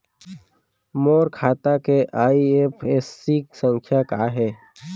मोर खाता के आई.एफ.एस.सी संख्या का हे?